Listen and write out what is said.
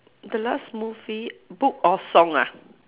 the last movie book or song ah